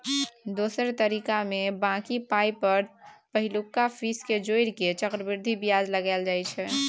दोसर तरीकामे बॉकी पाइ पर पहिलुका फीस केँ जोड़ि केँ चक्रबृद्धि बियाज लगाएल जाइ छै